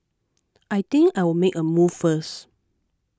I think I'll make a move first